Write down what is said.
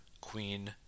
Queen